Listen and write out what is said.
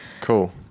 Cool